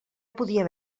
podia